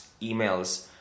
emails